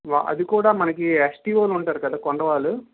అది కూడా మనకి యస్టి వాళ్ళు ఉంటారు కదా కొండవాళ్ళు